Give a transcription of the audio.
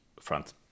front